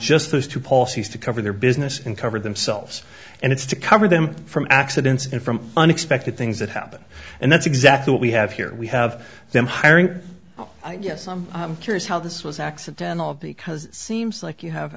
those two policies to cover their business and cover themselves and it's to cover them from accidents and from unexpected things that happen and that's exactly what we have here we have them hiring oh yes i'm curious how this was accidental because seems like you have